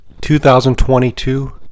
2022